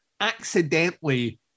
accidentally